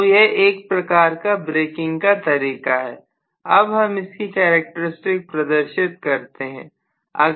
तो यह एक प्रकार का ब्रेकिंग का तरीका है अब हम इसकी कैरेक्टर स्टिक प्रदर्शित करते हैं